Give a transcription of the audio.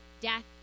death